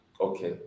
okay